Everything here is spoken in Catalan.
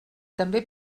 també